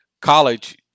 college